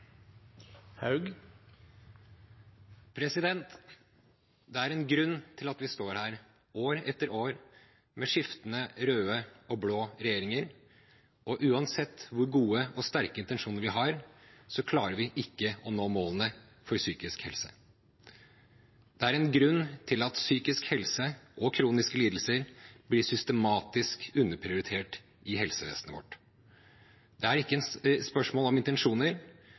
en grunn til at vi står her år etter år, med skiftende røde og blå regjeringer – og uansett hvor gode og sterke intensjoner vi har, klarer vi ikke å nå målene for psykisk helse. Det er en grunn til at psykisk helse og kroniske lidelser blir systematisk underprioritert i helsevesenet vårt. Det er ikke et spørsmål om intensjoner.